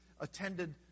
attended